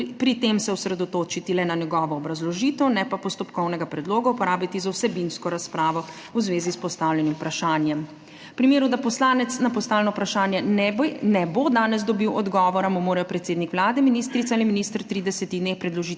pri tem se osredotočiti le na njegovo obrazložitev, ne pa postopkovnega predloga uporabiti za vsebinsko razpravo v zvezi s postavljenim vprašanjem. V primeru, da poslanec na postavljeno vprašanje danes ne bo dobil odgovora, mu morajo predsednik Vlade, ministrica ali minister v 30 dneh predložiti